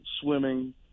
swimming